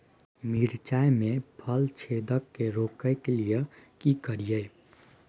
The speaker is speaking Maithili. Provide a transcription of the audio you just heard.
मिर्चाय मे फल छेदक के रोकय के लिये की करियै?